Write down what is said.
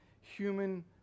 human